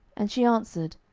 and she answered,